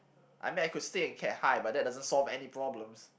I mean I could stay in Cat High but that doesn't solve any problems